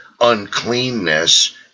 uncleanness